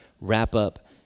wrap-up